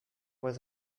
was